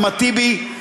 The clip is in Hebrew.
אחמד טיבי,